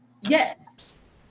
Yes